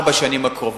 ארבע השנים הקרובות.